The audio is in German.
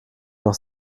noch